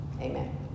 Amen